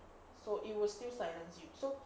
so it would still silence you so